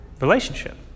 relationship